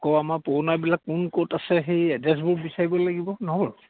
আকৌ আমাৰ পুৰণাবিলাক কোন ক'ত আছে সেই এড্ৰেছবোৰ বিচাৰিব লাগিব